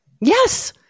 Yes